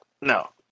no